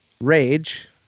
rage